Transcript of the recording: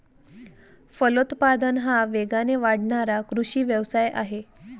फलोत्पादन हा वेगाने वाढणारा कृषी व्यवसाय आहे